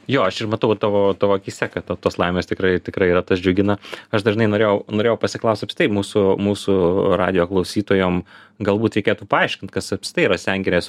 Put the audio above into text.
jo aš ir matau tavo tavo akyse kad tos laimės tikrai tikrai yra tas džiugina aš dar žinai norėjau norėjau pasiklausti štai mūsų mūsų radijo klausytojam galbūt reikėtų paaiškint kas apskritai yra sengirės